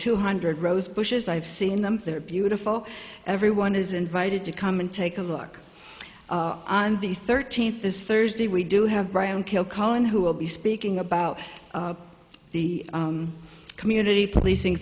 two hundred rose bushes i've seen them they're beautiful everyone is invited to come and take a look on the thirteenth this thursday we do have brian kilcullen who will be speaking about the community policing